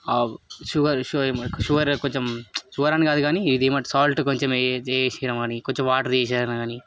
all sugar sugar కొంచం sugar అని కాదు కాని ఇది మన సాల్టు కొంచం వేసీ వేసినం అని కొంచం వాటర్ వేసీ అయినా కాని